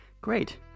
Great